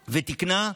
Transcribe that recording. ותיקנה.